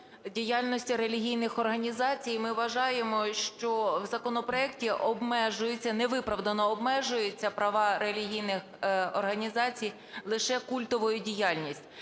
діяльності релігійних організацій. І ми вважаємо, що в законопроекті обмежуються, невиправдано обмежуються права релігійних організацій лише культової діяльності.